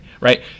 right